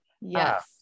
Yes